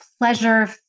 pleasure